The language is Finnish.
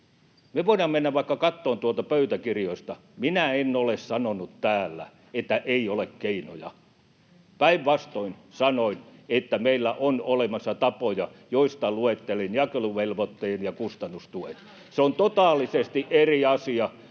me voidaan mennä vaikka katsomaan tuolta pöytäkirjoista: minä en ole sanonut täällä, että ei ole keinoja. Päinvastoin sanoin, että meillä on olemassa tapoja, joista luettelin jakeluvelvoitteen ja kustannustuet. [Välihuutoja